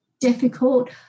Difficult